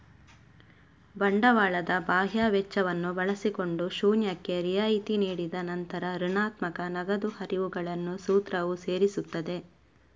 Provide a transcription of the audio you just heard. ಬಂಡವಾಳದ ಬಾಹ್ಯ ವೆಚ್ಚವನ್ನು ಬಳಸಿಕೊಂಡು ಶೂನ್ಯಕ್ಕೆ ರಿಯಾಯಿತಿ ನೀಡಿದ ನಂತರ ಋಣಾತ್ಮಕ ನಗದು ಹರಿವುಗಳನ್ನು ಸೂತ್ರವು ಸೇರಿಸುತ್ತದೆ